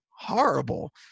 horrible